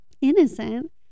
innocent